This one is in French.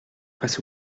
face